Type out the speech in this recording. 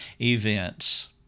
events